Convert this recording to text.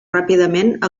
ràpidament